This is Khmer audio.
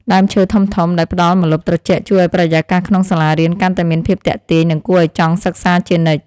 ដើមឈើធំៗដែលផ្តល់ម្លប់ត្រជាក់ជួយឱ្យបរិយាកាសក្នុងសាលារៀនកាន់តែមានភាពទាក់ទាញ និងគួរឱ្យចង់សិក្សាជានិច្ច។